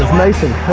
nice and